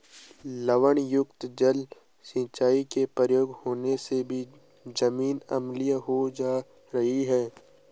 लवणयुक्त जल का सिंचाई में प्रयोग होने से भी जमीन अम्लीय हो जा रही है